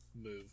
move